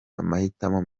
amahitamo